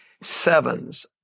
sevens